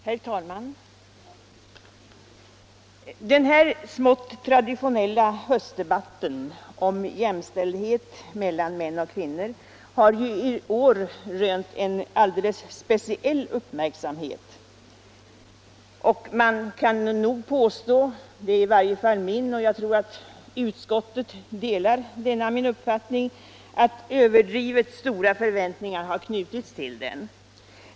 Herr talman! Den här smått traditionella höstdebatten om jämställdhet mellan män och kvinnor har i år rönt en alldeles speciell uppmärksamhet. Man kan nog påstå — det är i varje fall min uppfattning och jag tror att utskottet delar den — att överdrivet stora förväntningar har knutits till den.